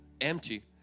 empty